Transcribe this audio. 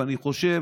ואני חושב